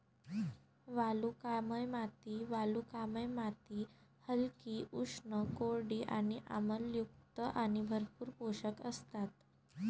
वालुकामय माती वालुकामय माती हलकी, उष्ण, कोरडी आणि आम्लयुक्त आणि भरपूर पोषक असतात